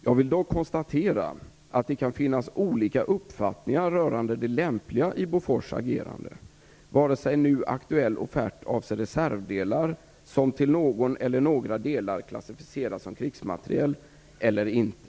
Jag vill dock konstatera att det kan finnas olika uppfattningar rörande det lämpliga i Bofors agerande, vare sig den nu aktuella offerten avser reservdelar som till någon eller några delar klassificeras som krigsmateriel eller inte.